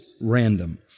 random